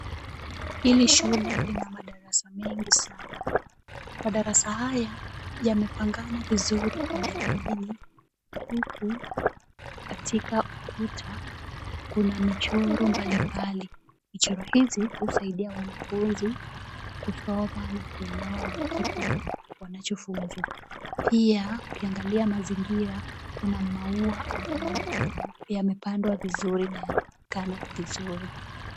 Hili shule lina madarasa mengi sana. Madarasa haya yamepangana vizuri kwenye laini huku katika ukuta kuna michoro mbalimbali. Michoro hizi husaidia wanafunzi kusoma na kuelewa kile wanachofunzwa. Pia ukiangalia mazingira kuna maua ambayo yamepandwa vizuri na yanaonekana vizuri.